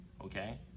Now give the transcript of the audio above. okay